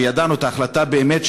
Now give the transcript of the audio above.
וידענו את ההחלטה באמת,